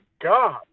God